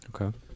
Okay